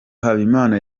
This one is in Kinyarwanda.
habimana